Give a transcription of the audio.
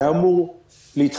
שהיה אמור להתחדש,